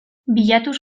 bilatuz